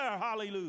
Hallelujah